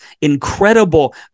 incredible